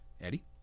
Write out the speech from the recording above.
Eddie